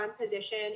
position